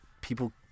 people